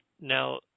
Now